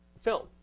film